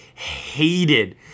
hated